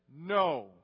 no